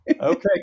Okay